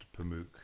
pamuk